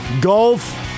Golf